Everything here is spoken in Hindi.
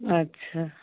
अच्छा